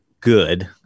good